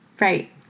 right